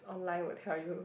online will tell you